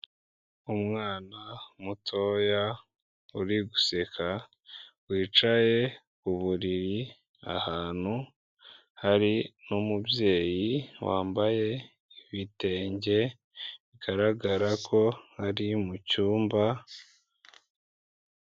Umwana mutoya uri guseka, wicaye ku buriri ahantu hari umubyeyi wambaye ibitenge bigaragara ko ari mucyumba.